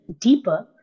deeper